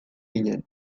ginen